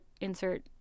insert